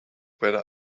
better